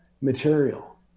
material